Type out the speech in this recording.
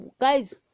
guys